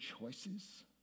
choices